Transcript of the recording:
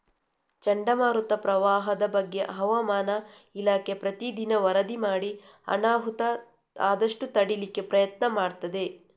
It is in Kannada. ಚಂಡಮಾರುತ, ಪ್ರವಾಹದ ಬಗ್ಗೆ ಹವಾಮಾನ ಇಲಾಖೆ ಪ್ರತೀ ದಿನ ವರದಿ ಮಾಡಿ ಅನಾಹುತ ಆದಷ್ಟು ತಡೀಲಿಕ್ಕೆ ಪ್ರಯತ್ನ ಮಾಡ್ತದೆ